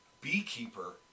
beekeeper